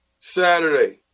Saturday